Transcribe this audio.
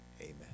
Amen